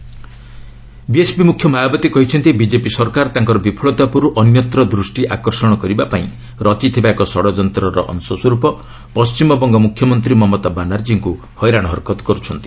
ମାୟାବତୀ ଡବୁ ବି ବିଏସ୍ପି ମୁଖ୍ୟ ମାୟାବତୀ କହିଛନ୍ତି ବିଜେପି ସରକାର ତାଙ୍କର ବିଫଳତା ଉପରୁ ଅନ୍ୟତ୍ର ଦୃଷ୍ଟି ଆକର୍ଷଣ କରିବାପାଇଁ ରଚିଥିବା ଏକ ଷଡ଼ଯନ୍ତ୍ରର ଅଂଶସ୍ୱର୍ପ ପଣ୍ଟିମବଙ୍ଗ ମୁଖ୍ୟମନ୍ତ୍ରୀ ମମତା ବାନାର୍ଜୀଙ୍କୁ ହଇରାଣ ହରକତ କରୁଛନ୍ତି